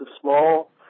small